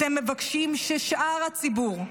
אתם מבקשים ששאר הציבור,